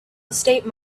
estate